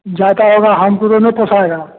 जाता होगा हमको तो नहीं पोहुँचाएगा